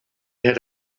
had